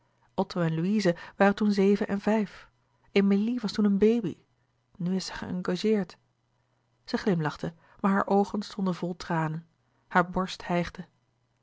waren toen zeven en vijf emilie was toen een baby nu is ze geëngageerd zij glimlachte maar hare oogen stonden vol tranen hare borst hijgde